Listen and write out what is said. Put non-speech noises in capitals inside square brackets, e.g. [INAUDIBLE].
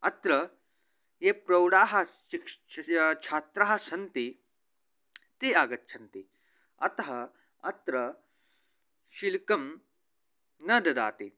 अत्र ये प्रौढाः सिक् [UNINTELLIGIBLE] छात्रा सन्ति ते आगच्छन्ति अतः अत्र शुल्कं न ददाति